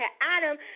Adam